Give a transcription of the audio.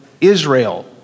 Israel